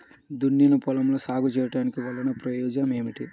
దున్నిన పొలంలో సాగు చేయడం వల్ల ప్రయోజనం ఏమిటి?